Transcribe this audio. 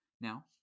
Now